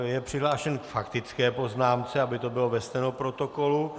Je přihlášen k faktické poznámce, aby to bylo ve stenoprotokolu.